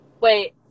Wait